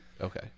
Okay